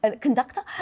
conductor